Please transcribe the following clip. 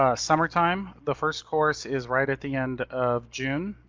ah summertime. the first course is right at the end of june.